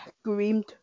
screamed